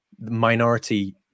minority